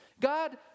God